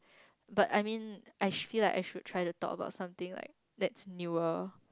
but I mean I feel like I should try to talk about something like that's newer